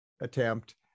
attempt